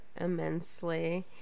immensely